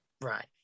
right